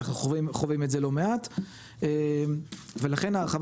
אנחנו חווים את זה לא מעט ולכן ההרחבה